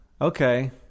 Okay